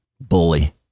bully